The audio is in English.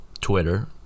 Twitter